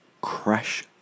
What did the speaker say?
crash